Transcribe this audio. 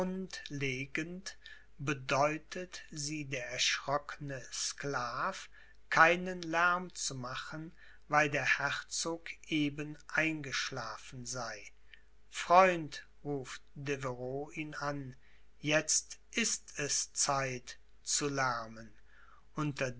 legend bedeutet sie der erschrockne sklav keinen lärm zu machen weil der herzog eben eingeschlafen sei freund ruft deveroux ihn an jetzt ist es zeit zu lärmen unter